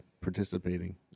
participating